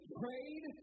prayed